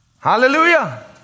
Hallelujah